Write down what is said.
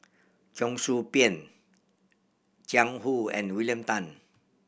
Cheong Soo Pieng Jiang Hu and William Tan